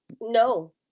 No